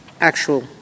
actual